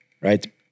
right